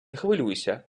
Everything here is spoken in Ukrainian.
хвилюйся